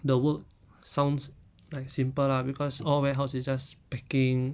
the work sounds like simple lah because all warehouse it's just packing